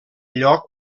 lloc